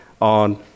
on